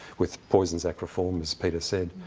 with poisons act reform, as peter said,